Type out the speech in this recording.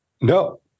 No